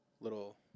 little